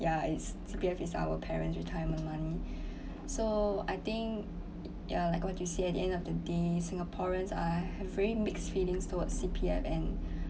yeah it's C_P_F is our parents' retirement money so I think ya like what you say at the end of the day singaporeans are very mixed feelings towards C_P_F and